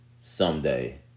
Someday